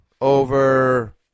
over